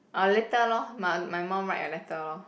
orh later lor my my mom write a letter lor